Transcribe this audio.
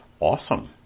Awesome